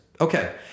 Okay